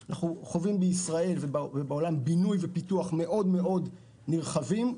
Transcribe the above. אנחנו חווים בישראל ובעולם בינוי ופיתוח מאוד מאוד נרחבים,